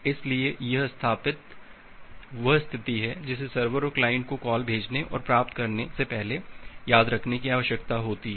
इसलिए यह स्थापित वह स्थिति है जिसे सर्वर और क्लाइंट को कॉल भेजने और प्राप्त कॉल करने से पहले याद रखने की आवश्यकता होती है